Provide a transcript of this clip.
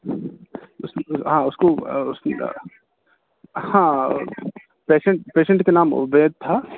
ہاں اس کو اس کی ہاں پیشنٹ پیشنٹ کا نام عبید تھا